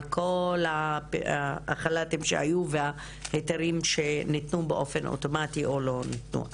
כל החל"תים שהיו וההיתרים שניתנו באופן אוטומטי או לא ניתנו.